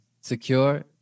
secure